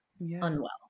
unwell